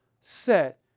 set